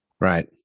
Right